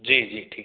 जी जी ठीक है